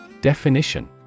Definition